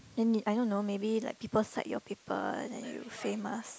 then need I don't know maybe like people cite your paper then you say must